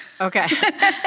Okay